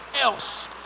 else